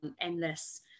endless